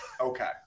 Okay